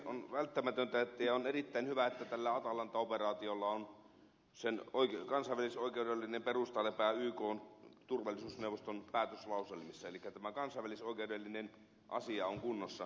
on välttämätöntä ja erittäin hyvä että atalanta operaation kansainvälisoikeudellinen perusta lepää ykn turvallisuusneuvoston päätöslauselmissa elikkä tämä kansainvälisoikeudellinen asia on kunnossa